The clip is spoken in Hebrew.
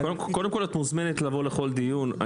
את מוזמנת לבוא לכל דיון.